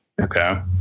Okay